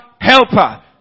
helper